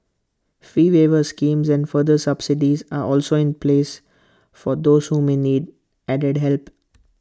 fee waiver schemes and further subsidies are also in place for those who may need added help